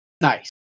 nice